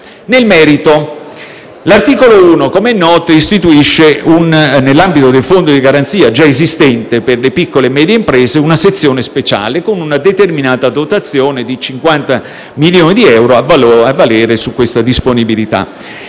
nel merito, l'articolo 1, come noto, istituisce, nell'ambito di un Fondo di garanzia già esistente per le piccole e medie imprese, una sezione speciale, con una dotazione di 50 milioni di euro, a valere su tale disponibilità,